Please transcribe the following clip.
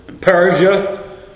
Persia